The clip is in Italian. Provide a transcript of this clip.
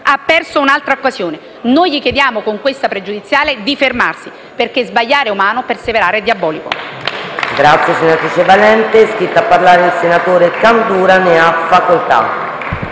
Ha perso un'altra occasione. Noi gli chiediamo, con la nostra questione pregiudiziale, di fermarsi, perché sbagliare è umano, ma perseverare è diabolico.